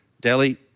Delhi